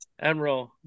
Emerald